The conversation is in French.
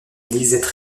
lisette